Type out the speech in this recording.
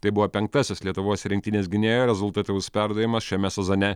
tai buvo penktasis lietuvos rinktinės gynėjo rezultatyvus perdavimas šiame sezone